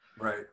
right